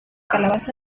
calabaza